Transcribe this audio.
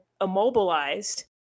immobilized